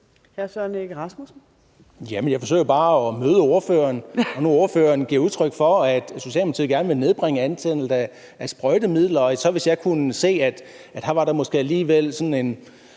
jeg forsøger bare at møde ordføreren. Ordføreren giver udtryk for, at Socialdemokratiet gerne vil nedbringe mængden af sprøjtemidler, og da jeg kunne se, at her var der måske alligevel sådan 1½